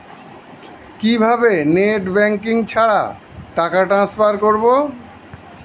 কিভাবে net banking ছাড়া টাকা ট্রান্সফার করবো?